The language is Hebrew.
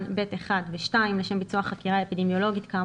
(ב)(1) ו-(2) לשם ביצוע חקירה כאמור,